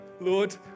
Lord